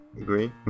Agree